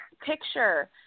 picture